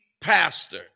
pastor